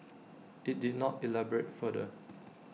IT did not elaborate further